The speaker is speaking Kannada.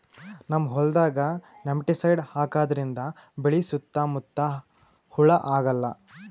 ನಮ್ಮ್ ಹೊಲ್ದಾಗ್ ನೆಮಟಿಸೈಡ್ ಹಾಕದ್ರಿಂದ್ ಬೆಳಿ ಸುತ್ತಾ ಮುತ್ತಾ ಹುಳಾ ಆಗಲ್ಲ